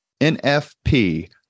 NFP